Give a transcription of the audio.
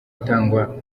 atangwa